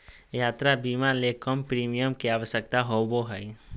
यात्रा बीमा ले कम प्रीमियम के आवश्यकता होबो हइ